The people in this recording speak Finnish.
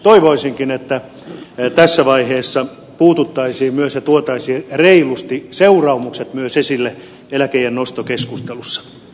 toivoisinkin että tässä vaiheessa puututtaisiin ja tuotaisiin reilusti myös seuraamukset esille eläkeiän nostokeskustelussa